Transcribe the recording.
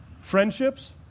Friendships